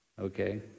Okay